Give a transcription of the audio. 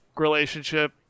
relationship